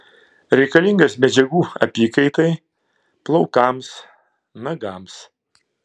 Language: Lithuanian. reikalingas medžiagų apykaitai plaukams nagams